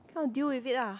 come deal with it lah